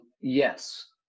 Yes